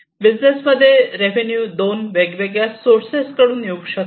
business मध्ये revenue दोन वेगवेगळ्या सोर्सेस कडून येऊ शकतात